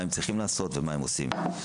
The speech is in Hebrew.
מה הם צריכים לעשות ומה הם עושים.